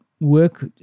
Work